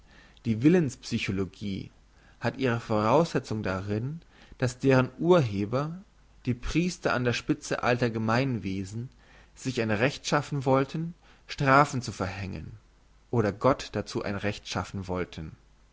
die willens psychiologie hat ihre voraussetzung darin dass deren urheber die priester an der spitze alter gemeinwesen sich ein recht schaffen wollten strafen zu verhängen oder gott dazu ein recht schaffen wollten